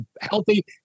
healthy